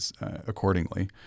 accordingly